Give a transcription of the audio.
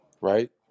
right